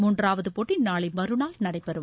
மூன்றாவது போட்டி நாளை மறுநாள் நடைபெறும்